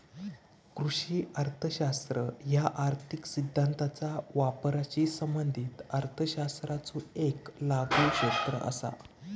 कृषी अर्थशास्त्र ह्या आर्थिक सिद्धांताचा वापराशी संबंधित अर्थशास्त्राचो येक लागू क्षेत्र असा